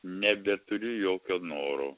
nebeturiu jokio noro